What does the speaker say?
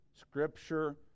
Scripture